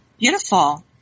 Beautiful